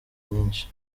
nyinshi